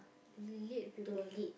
lit people